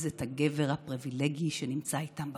את הגבר הפריבילגי שנמצא איתם בבית.